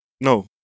No